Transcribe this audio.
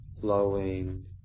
flowing